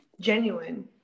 genuine